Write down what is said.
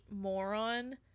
moron